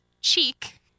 Cheek